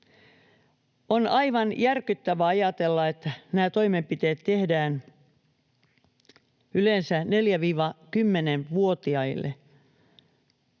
On aivan järkyttävää ajatella, että nämä toimenpiteet tehdään yleensä 4—10-vuotiaille.